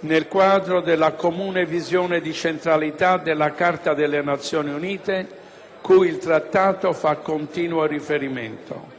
nel quadro della comune visione di centralità della Carta della Nazioni Unite, cui il Trattato fa continuo riferimento.